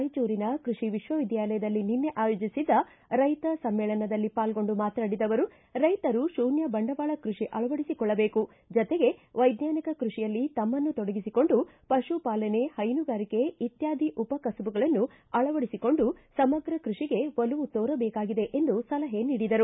ರಾಯಚೂರಿನ ಕೃಷಿ ವಿಶ್ವವಿದ್ದಾಲಯದಲ್ಲಿ ನಿನ್ನೆ ಆಯೋಜಿಸಿದ್ದ ರೈತ ಸಮ್ಮೇಳನದಲ್ಲಿ ಪಾಲ್ಗೊಂಡು ಮಾತನಾಡಿದ ಅವರು ರೈಶರು ಶೂನ್ಯ ಬಂಡವಾಳ ಕೃಷಿ ಅಳವಡಿಸಿಕೊಳ್ಳಬೇಕು ಜತೆಗೆ ವೈಜ್ಞಾನಿಕ ಕೃಷಿಯಲ್ಲಿ ತಮ್ಮನ್ನು ತೊಡಗಿಸಿಕೊಂಡು ಪಶುಪಾಲನೆ ಹೈನುಗಾರಿಕೆ ಇತ್ಯಾದಿ ಉಪ ಕಸುಬುಗಳನ್ನು ಅಳವಡಿಸಿಕೊಂಡು ಸಮಗ್ರ ಕೃಷಿಗೆ ಒಲವು ತೋರಬೇಕಾಗಿದೆ ಎಂದು ಸಲಹೆ ನೀಡಿದರು